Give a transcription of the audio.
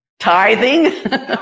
Tithing